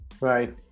Right